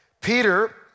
Peter